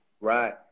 Right